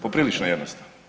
Poprilično jednostavno.